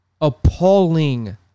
appalling